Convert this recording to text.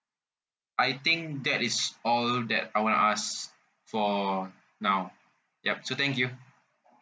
I think that is all that I want to ask for now ya so thank you